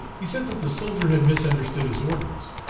he said that the soldier had misunderstood his orders,